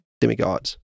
demigods